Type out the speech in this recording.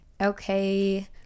okay